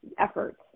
efforts